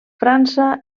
frança